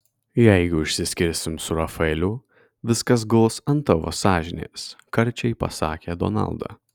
jeigu išsiskirsim su rafaeliu viskas guls ant tavo sąžinės karčiai pasakė donalda